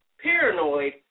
paranoid